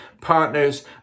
partners